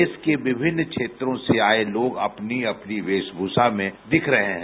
देश के विभिन्न झेत्रो से आये लोग अपनी अपनी वेशभूषा मे दिख रहे है